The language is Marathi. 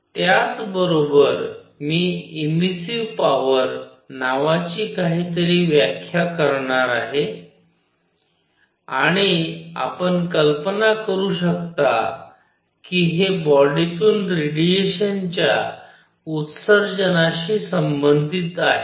त्याच बरोबर मी इमिसीव्ह पॉवर नावाची काहीतरी व्याख्या करणार आहे आणि आपण कल्पना करू शकता की हे बॉडीतून रेडिएशनच्या उत्सर्जनाशी संबंधित आहे